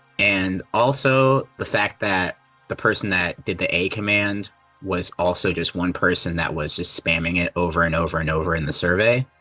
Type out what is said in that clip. and also, the fact that the person that did the a command was also just one person that was just spamming it over and over, and over in the survey.